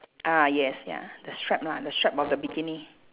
ah yes ya the stripe lah the stripe of the bikini